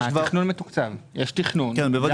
התכנון מתוקצב לתהליך.